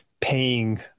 paying